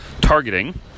targeting